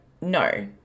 no